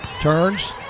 Turns